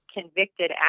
convicted